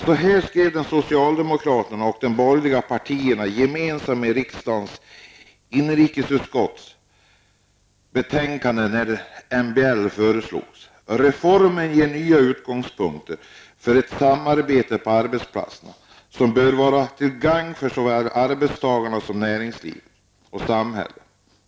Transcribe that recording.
Så här skrev socialdemokraterna och de borgerliga partierna gemensamt i riksdagens inrikesutskotts betänkande när MBL föreslogs: ''Reformen ger nya utgångspunkter för ett samarbete på arbetsplatserna, som bör vara till gagn för såväl arbetstagarna som näringslivet och samhället.